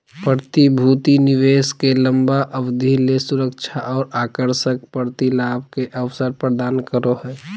प्रतिभूति निवेश के लंबा अवधि ले सुरक्षा और आकर्षक प्रतिलाभ के अवसर प्रदान करो हइ